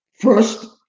First